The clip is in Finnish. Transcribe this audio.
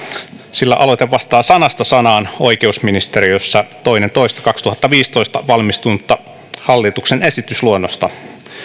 sillä aloite vastaa sanasta sanaan oikeusministeriössä toinen toista kaksituhattaviisitoista valmistunutta hallituksen esitysluonnosta